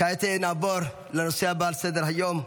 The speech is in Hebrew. כעת נעבור לנושא הבא על סדר-היום,